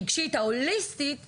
הרגשית וההוליסטית בבית,